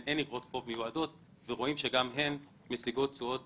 אין אגרות חוב מיועדות אבל משיגות תשואות